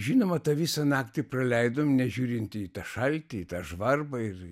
žinoma tą visą naktį praleidom nežiūrint į tą šaltį tą žvarbą ir